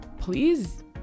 please